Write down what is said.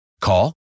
call